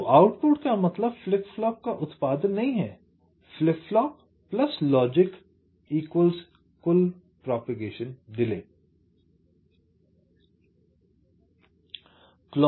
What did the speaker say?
तो आउटपुट का मतलब फ्लिप फ्लॉप का उत्पादन नहीं है फ्लिप फ्लॉप लॉजिक कुल प्रसार देरी